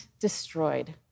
destroyed